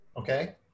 okay